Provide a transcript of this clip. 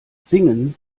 singen